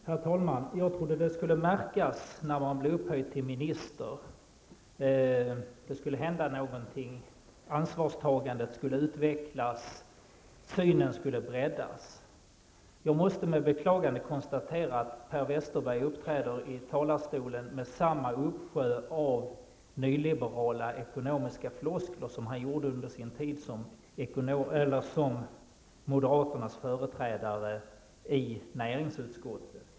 Herr talman! Jag trodde att det skulle märkas när man blev upphöjd till minister, att det skulle hända någonting, att ansvarstagandet skulle utvecklas, att synen skulle breddas. Jag måste med beklagande konstatera att Per Westerberg uppträder i talarstolen med samma uppsjö av nyliberala ekonomiska floskler som han gjorde under tiden som moderaternas företrädare i näringsutskottet.